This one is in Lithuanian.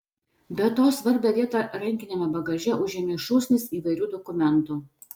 be to svarbią vietą rankiniame bagaže užėmė šūsnis įvairių dokumentų